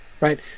Right